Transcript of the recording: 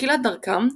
בתחילת דרכם,